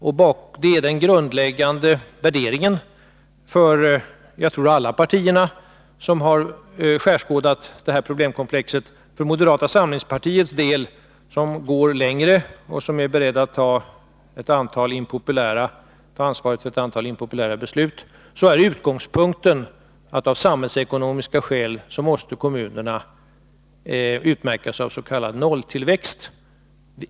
Det är den grundläggande värderingen för, tror jag, alla partier som har skärskådat detta problemkomplex. För moderata samlingspartiet — som går längre och är berett att ta ansvaret för ett antal impopulära beslut — är utgångspunkten att kommunerna av samhällsekonomiska skäl måste utmär kas av s.k. nolltillväxt.